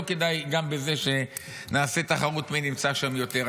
לא כדאי שגם בזה נעשה תחרות, מי נמצא שם יותר.